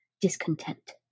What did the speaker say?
discontent